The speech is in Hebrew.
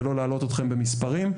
ולא להלאות אתכם במספרים.